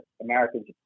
Americans